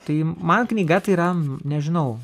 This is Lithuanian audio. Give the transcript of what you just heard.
tai man knyga tai yra nežinau